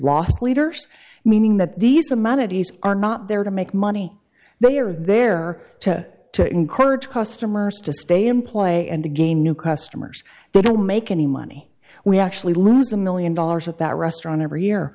lost leaders meaning that these amenities are not there to make money they are there to to encourage customers to stay in play and to gain new customers they don't make any money we actually lose a million dollars at that restaurant every year